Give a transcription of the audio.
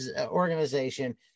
organization